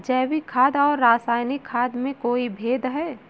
जैविक खाद और रासायनिक खाद में कोई भेद है?